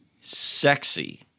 Sexy